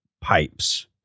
pipes